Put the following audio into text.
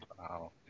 Wow